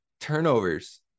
turnovers